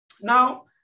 Now